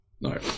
No